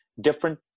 Different